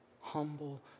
humble